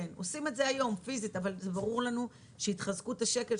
עושים את זה היום פיזית אבל ברור לנו שהתחזקות השקל,